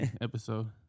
episode